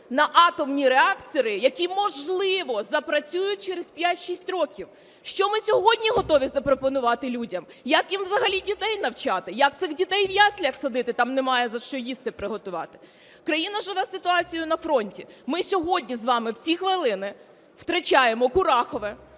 на атомні реактори, які, можливо, запрацюють через 5-6 років. Що ми сьогодні готові запропонувати людям? Як їм взагалі дітей навчати? Як цих дітей у яслях садити, там немає за що їсти приготувати. Країна живе ситуацією на фронті. Ми сьогодні з вами в ці хвилини втрачаємо Курахове,